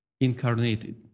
Incarnated